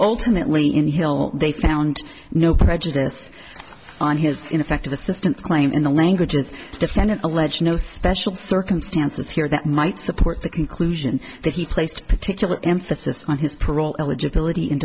ultimately in hill they found no prejudice on his ineffective assistance claim in the language of defendant alleged no special circumstances here that might support the conclusion that he placed particular emphasis on his parole eligibility